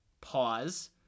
Pause